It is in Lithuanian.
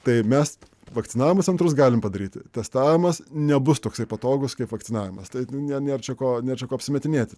tai mes vakcinavimus antrus galim padaryti testavimas nebus toksai patogūs kaip vakcinavimas tai ne nėr čia ko nėr čia ko apsimetinėti